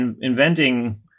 inventing